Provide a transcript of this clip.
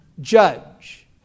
judge